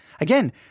Again